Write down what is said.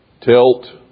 Tilt